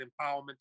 empowerment